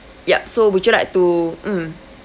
yup so would you like to mm